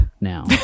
now